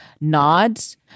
nods